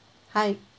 hi